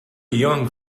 young